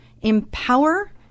empower